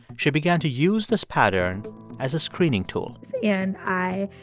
she began to use this pattern as a screening tool and i